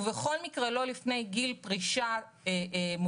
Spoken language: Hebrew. ובכל מקרה לא לפני גיל פרישה מוקדמת,